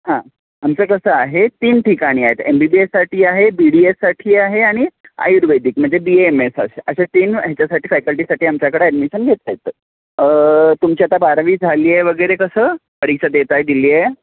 हां आमचं कसं आहे तीन ठिकाणी आहेत एम बी बी एससाठी आहे बी डी एससाठी आहे आणि आयुर्वेदिक म्हणजे बी एम एस असं असे तीन ह्याच्यासाठी फॅकल्टीसाठी आमच्याकडं ॲडमिशन घेता येतं तुमची आता बारावी झाली आहे वगैरे कसं परीक्षा देत आहे दिली आहे